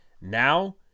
Now